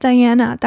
Diana